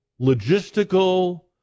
logistical